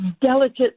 delicate